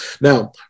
now